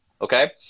okay